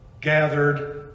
gathered